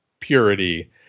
purity